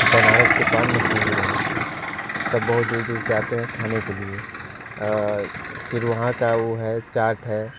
बनारस के पान मशहूर है सब बहुत दूर दूर से आते हैं खाने के लिए फिर वहाँ का ऊ है चाट है